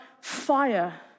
fire